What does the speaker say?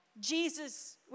Jesus